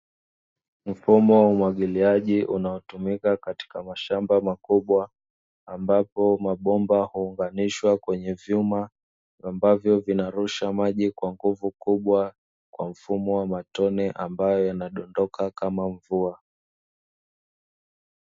Mfumo wa umwagiliaji unaotumika katika mashamba makubwa ambapo mabomba huunganishwa kwenye mavyuma, ambavyo vinarusha maji kwa nguvu kubwa Kwa mfumo wa matone ambayo yana dondoka kama mvua.